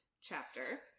chapter